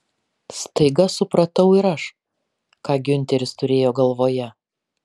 staiga supratau ir aš ką giunteris turėjo galvoje